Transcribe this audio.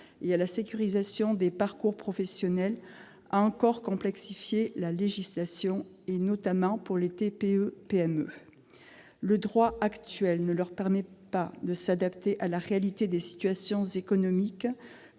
et à la sécurisation des parcours professionnels a encore complexifié la législation, notamment pour les TPE-PME. Le droit actuel ne leur permet pas de s'adapter à la réalité des situations économiques,